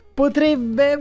potrebbe